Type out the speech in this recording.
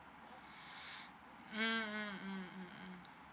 mm mm mm mm mm